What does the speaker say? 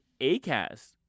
Acast